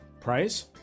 price